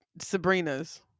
Sabrina's